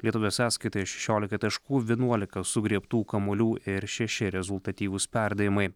lietuvio sąskaitoje šešiolika taškų vienuolika sugriebtų kamuolių ir šeši rezultatyvūs perdavimai